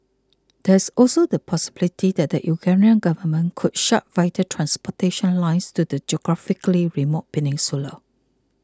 there is also the possibility that the Ukrainian government could shut vital transportation lines to the geographically remote peninsula